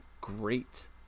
great